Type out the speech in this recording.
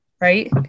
Right